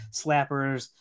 slappers